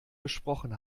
besprochen